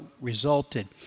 resulted